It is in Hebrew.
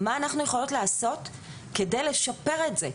מה אנחנו יכולות לעשות כדי לשפר את זה?